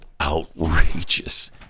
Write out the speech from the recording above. outrageous